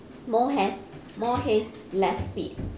more haste more haste less speed